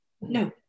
No